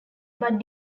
but